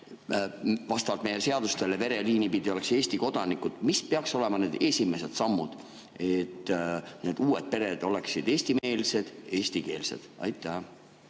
vastavalt meie seadustele oleksid vereliini pidi Eesti kodanikud. Mis peaksid olema need esimesed sammud, et need uued pered oleksid eestimeelsed ja eestikeelsed? Leo